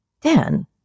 Dan